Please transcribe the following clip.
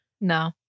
No